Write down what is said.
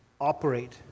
operate